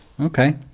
Okay